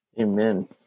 Amen